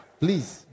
Please